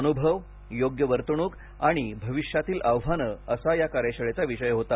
अनुभव योग्य वर्तणूक आणि अविष्यातील आव्हाने असा या कार्यशाळेचा विषय होता